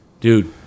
Dude